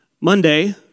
Monday